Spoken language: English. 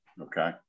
Okay